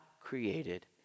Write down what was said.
created